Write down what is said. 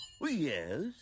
yes